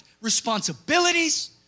responsibilities